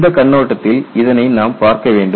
இந்தக் கண்ணோட்டத்தில் இதனை நாம் பார்க்க வேண்டும்